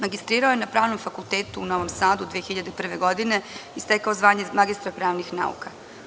Magistrirao je na Pravnom fakultetu u Novom Sadu 2001. godine i stekao zvanje magistar pravnih nauka.